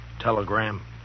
telegram